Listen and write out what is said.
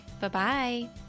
Bye-bye